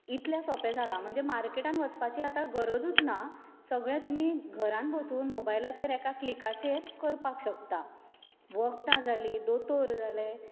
इतलें सोपें जाला म्हणजे मार्केटान वचपाची आतां गरजूच ना सगळें तुमी घरान बसून मॉबायलाचेर एका क्लिकाचेर करपाक शकता वखदां जालीं दोतोर जाले